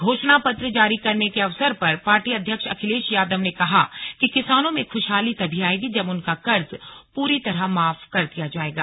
घोषणा पत्र जारी करने के अवसर पर पार्टी अध्यक्ष अखिलेश यादव ने कहा कि किसानों में खुशहाली तभी आएगी जब उनका कर्ज पूरी तरह माफ कर दिया जाएगा